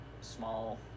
small